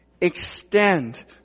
extend